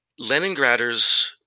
Leningraders